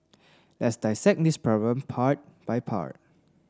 let's dissect this problem part by part